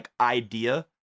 idea